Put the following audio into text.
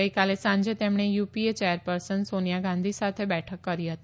ગઇકાલે સાંજે તેમણે યુપીએ ચેરપર્સન સોનિયા ગાંધી સાથે બેઠક કરી હતી